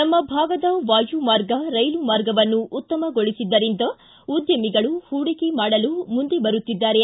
ನಮ್ಮ ಭಾಗದ ವಾಯು ಮಾರ್ಗ ರೈಲು ಮಾರ್ಗವನ್ನು ಉತ್ತಮಗೊಳಿಬಿದ್ದರಿಂದ ಉದ್ಯಮಿಗಳು ಹೂಡಿಕೆ ಮಾಡಲು ಮುಂದೆ ಬರುತ್ತಿದ್ದಾರೆ